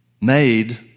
made